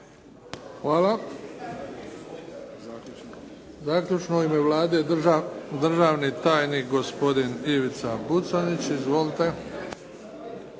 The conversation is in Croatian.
Hvala. Zaključno u ime Vlade, državni tajnik gospodin Ivica Buconjić. Izvolite.